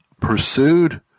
pursued